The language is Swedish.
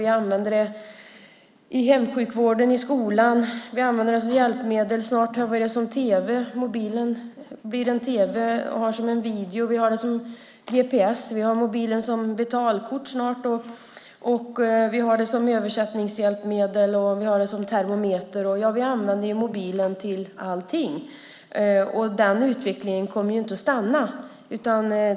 Vi använder dem i hemsjukvården och i skolan. Vi använder dem som hjälpmedel. Snart har vi dem som tv. Mobilen blir en tv. Och vi har den som en video. Vi har den som GPS. Vi har snart mobilen som betalkort. Vi har den som översättningshjälpmedel, och vi har den som termometer. Ja, vi använder mobilen till allting, och den utvecklingen kommer inte att stanna.